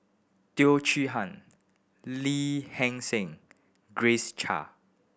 Teo Chee Hean Lee Heng Seng Grace Chia